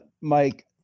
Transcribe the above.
Mike